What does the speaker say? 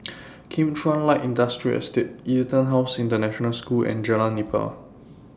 Kim Chuan Light Industrial Estate Etonhouse International School and Jalan Nipah